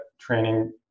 training